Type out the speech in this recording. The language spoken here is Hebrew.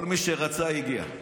כל מי שרצה הגיע.